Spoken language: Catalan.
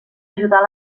ajudar